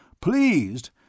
Pleased